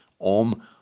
Om